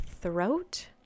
throat